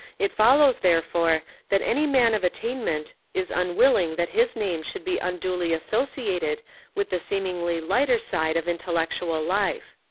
it follows, therefore, that any man of attainment is unwilling that his name should be unduly associated with the seemingly lighter side of intellectual life.